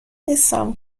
نیستم